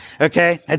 Okay